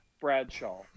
Bradshaw